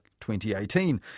2018